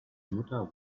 mutter